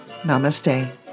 Namaste